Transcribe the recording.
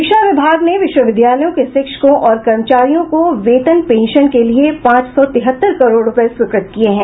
शिक्षा विभाग ने विश्वविद्यालयों के शिक्षकों और कर्मचारियों को वेतन पेंशन के लिये पांच सौ तिहत्तर करोड़ रूपये स्वीकृत किये हैं